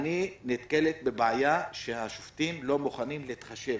אני נתקלת בבעיה שהשופטים לא מוכנים להתחשב.